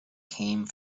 came